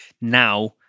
now